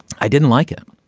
i didn't like it.